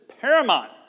paramount